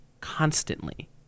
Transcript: constantly